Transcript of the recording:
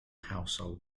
household